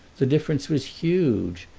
the difference was huge,